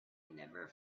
never